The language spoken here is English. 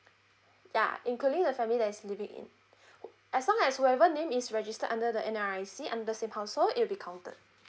ya including the family that's living in as long as whoever name is registered under the N_R_I_C under same household it will be counted